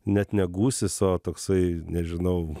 net ne gūsis o toksai nežinau